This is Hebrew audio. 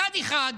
אחד אחד,